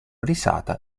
risata